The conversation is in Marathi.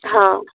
हां